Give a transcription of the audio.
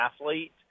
athlete